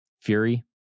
Fury